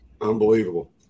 unbelievable